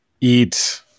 eat